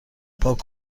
پاک